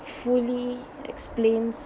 fully explains